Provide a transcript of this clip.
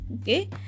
Okay